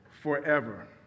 forever